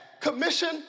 commission